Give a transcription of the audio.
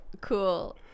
cool